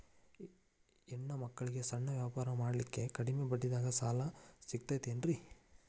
ಹೆಣ್ಣ ಮಕ್ಕಳಿಗೆ ಸಣ್ಣ ವ್ಯಾಪಾರ ಮಾಡ್ಲಿಕ್ಕೆ ಕಡಿಮಿ ಬಡ್ಡಿದಾಗ ಸಾಲ ಸಿಗತೈತೇನ್ರಿ?